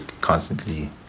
constantly